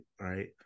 right